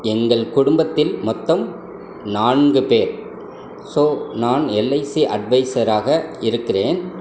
எங்கள் குடும்பத்தில் மொத்தம் நான்கு பேர் ஸோ நான் எல்ஐசி அட்வைஸராக இருக்கிறேன்